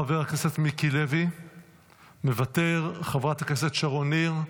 חבר הכנסת מיקי לוי, מוותר, חברת הכנסת שרון ניר,